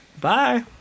bye